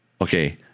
Okay